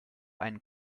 einen